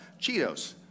Cheetos